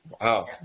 Wow